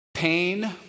Pain